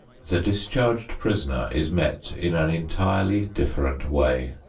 the discharged prisoner is met in an entirely different way.